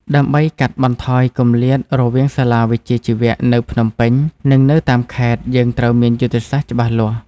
ដើម្បីកាត់បន្ថយគម្លាតរវាងសាលាវិជ្ជាជីវៈនៅភ្នំពេញនិងនៅតាមខេត្ត យើងត្រូវមានយុទ្ធសាស្ត្រច្បាស់លាស់។